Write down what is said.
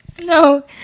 no